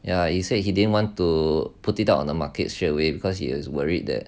ya he said he didn't want to put it out on the market straightaway because he was worried that